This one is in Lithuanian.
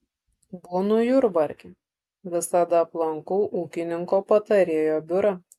būnu jurbarke visada aplankau ūkininko patarėjo biurą